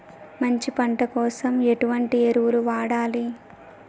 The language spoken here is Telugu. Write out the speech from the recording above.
మంచి పంట కోసం ఎటువంటి ఎరువులు వాడాలి?